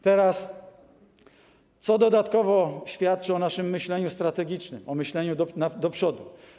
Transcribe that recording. Teraz to, co dodatkowo świadczy o naszym myśleniu strategicznym, o myśleniu do przodu.